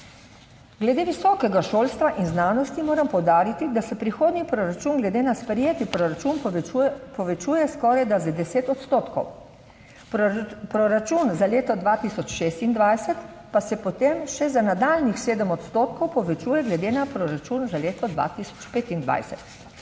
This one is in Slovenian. Glede visokega šolstva in znanosti moram poudariti, da se prihodnji proračun glede na sprejeti proračun povečuje skorajda za 10 odstotkov, proračun za leto 2026 pa se, potem še za nadaljnjih 7 odstotkov povečuje glede na proračun za leto 2025,